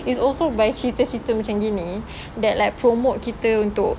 it's also by cerita-cerita macam gini that like promote kita untuk